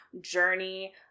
journey